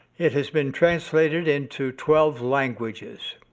it has been translated into twelve languages.